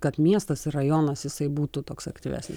kad miestas ir rajonas jisai būtų toks aktyvesnis